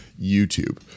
YouTube